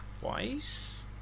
twice